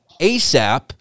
ASAP